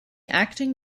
acting